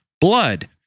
blood